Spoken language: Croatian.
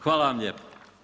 Hvala vam lijepo.